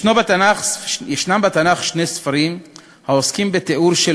יש בתנ"ך שני ספרים העוסקים בתיאור של